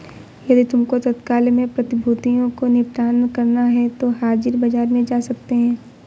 यदि तुमको तत्काल में प्रतिभूतियों को निपटान करना है तो हाजिर बाजार में जा सकते हो